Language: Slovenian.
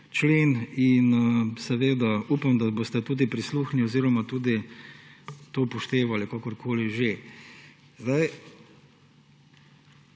člen, in seveda upam, da boste tudi prisluhnili oziroma tudi to upoštevali, kakorkoli že.